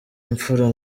imfura